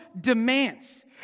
demands